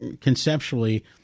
conceptually